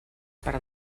per